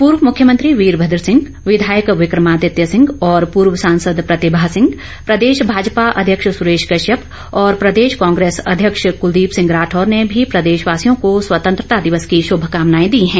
पूर्व मुख्यमंत्री वीरमद सिंह विधायक विक्रमादित्य सिंह और पूर्व सांसद प्रतिभा सिंह प्रदेश भाजपा अध्यक्ष सुरेश कश्यप और प्रदेश कांग्रेस अध्यक्ष कुलदीप सिंह राठौर ने भी प्रदेश वासियों को स्वतंत्रता दिवस की शुभकामनाए दी है